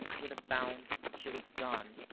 with a bound she was gone.